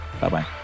Bye-bye